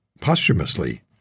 posthumously